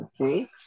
Okay